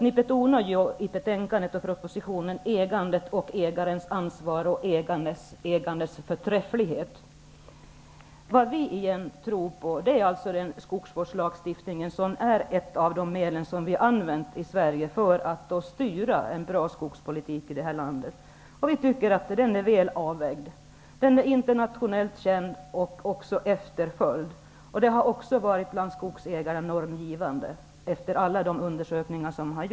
Ni betonar i betänkandet och propositionen ägande, ägarens ansvar och ägandets förträfflighet. Vad vi tror på är skogsvårdslagstiftningen som är ett av de medel som vi har använt för att styra en bra skogspolitik i det här landet. Vi tycker att den är väl avvägd. Den är internationellt känd och efterföljd. Den har också varit normgivande bland skogsägare.